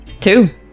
Two